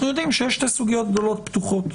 אנחנו יודעים שיש שתי סוגיות גדולות פתוחות.